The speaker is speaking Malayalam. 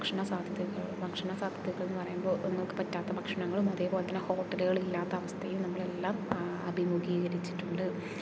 ഭക്ഷണ സാധ്യതകൾ ഭക്ഷണ സാധ്യതകളെന്നു പറയുമ്പോൾ നിങ്ങൾക്ക് പറ്റാത്ത ഭക്ഷണങ്ങളും അതേപോലെതന്നെ ഹോട്ടലുകളില്ലാത്ത അവസ്ഥയും നമ്മളെല്ലാം അഭിമുഖീകരിച്ചിട്ടുണ്ട്